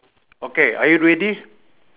okay are you ready